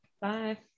Bye